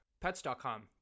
pets.com